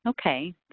Okay